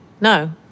No